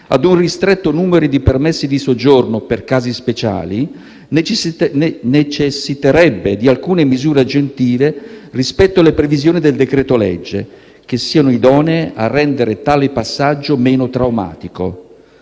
ad un ristretto numero di permessi di soggiorno per "casi speciali" necessiterebbe di alcune misure aggiuntive rispetto alle previsioni del decreto-legge, che siano idonee a rendere tale passaggio meno traumatico.